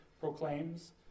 proclaims